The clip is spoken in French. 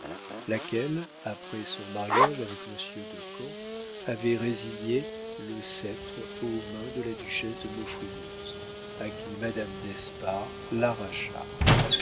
laquelle après son mariage avec monsieur de camps avait résigné le sceptre aux mains de la duchesse de maufrigneuse à qui madame d'espard l'arracha